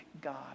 God